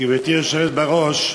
גברתי היושבת בראש,